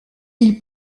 ils